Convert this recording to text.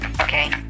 Okay